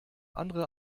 andere